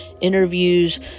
interviews